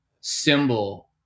symbol